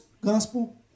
gospel